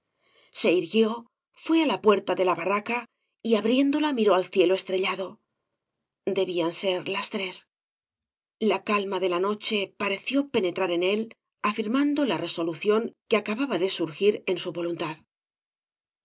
se irguíó fué á la puerta de la barraca y abriéndola miró al cielo estrellado debían ser las tres la calma de la v blasco ibáñhz noche pareció penetrar en él afirmando la reso lución que acababa de burgír en su voluntad